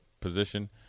position